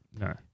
No